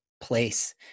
place